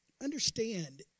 understand